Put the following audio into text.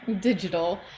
digital